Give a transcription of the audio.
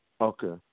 Okay